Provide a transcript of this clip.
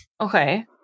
Okay